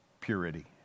purity